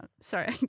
sorry